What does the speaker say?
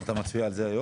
אתה מצביע על זה היום?